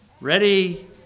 ready